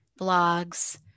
blogs